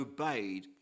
obeyed